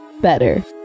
better